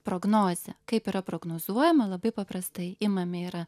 prognozę kaip yra prognozuojama labai paprastai imami yra